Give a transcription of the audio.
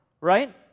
Right